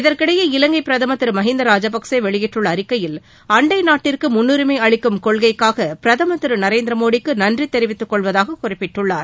இதற்கிடையே இலங்கை பிரதமர் திரு மகிந்த ராஜபக்சே வெளியிட்டுள்ள அறிக்கையில் அண்டை நாட்டிற்கு முன்னுரிமை அளிக்கும் கொள்கைக்காக பிரதமர் திரு நரேந்திரமோடிக்கு நன்றி தெரிவித்து கொள்வதாக குறிப்பிட்டுள்ளார்